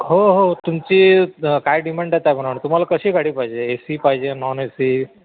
हो हो तुमची काय डिमांड आहे त्याप्रमाणे तुम्हाला कशी गाडी पाहिजे ए सी पाहिजे नॉन ए सी